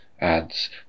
ads